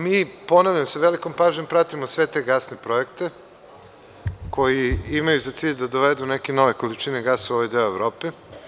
Mi, ponavljam, sa velikom pažnjom pratimo sve te gasne projekte koji imaju za cilj da dovedu neke nove količine gasa u ovaj deo Evrope.